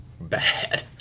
bad